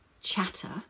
chatter